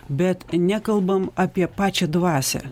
bet nekalbam apie pačią dvasią